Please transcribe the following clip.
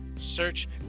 search